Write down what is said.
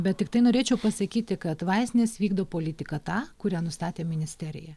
bet tiktai norėčiau pasakyti kad vaistinės vykdo politiką tą kurią nustatė ministerija